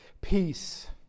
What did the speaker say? Peace